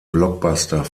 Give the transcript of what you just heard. blockbuster